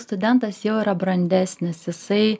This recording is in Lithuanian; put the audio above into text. studentas jau yra brandesnis jisai